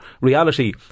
reality